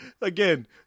again